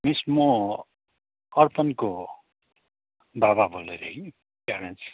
miss म अर्पणको बाबा बोल्दै थिएँ कि प्यारेन्ट्स